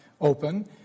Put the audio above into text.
open